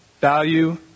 value